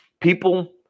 people